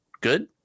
good